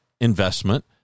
investment